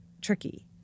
tricky